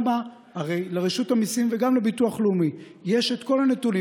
הרי לרשות המיסים וגם לביטוח הלאומי יש כל הנתונים.